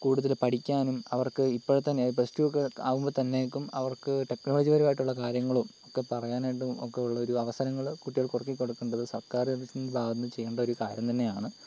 കൂടുതൽ പഠിക്കാനും അവർക്ക് ഇപ്പോഴത്തെ പ്ലസ്ടു ഒക്കെ ആകുമ്പോൾ തന്നെയേക്കും അവർക്ക് ടെക്നോളജി പരമായിട്ടുള്ള കാര്യങ്ങളും ഒക്കെ പറയാനായിട്ടും ഒക്കെ ഉള്ള അവസരങ്ങൾ കുട്ടികൾക്ക് ഒരുക്കി കൊടുക്കേണ്ടത് സർക്കാർ ഭാഗത്ത് നിന്ന് ചെയ്യേണ്ട ഒരു കാര്യം തന്നെയാണ്